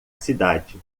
cidade